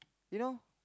you know